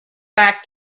back